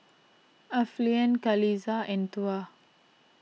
Alfian Qalisha and Tuah